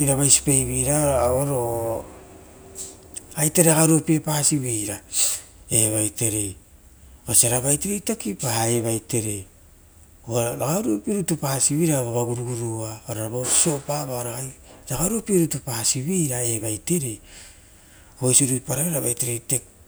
eravaisipaiveira osio auoro aiherea ragai oriopiepa siveira evaitei osiora vaitere tokipa evaitere ova ragai oruopie rutu pasivere vova guroguroa ora vo so opaua vao ragai oisio ruiparaira vaiterei tokia.